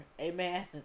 Amen